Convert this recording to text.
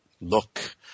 Look